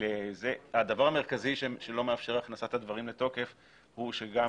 הדבר המרכזי שלא מאפשר הכנסת הדברים לתוקף הוא שגם